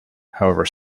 however